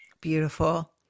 Beautiful